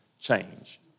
Change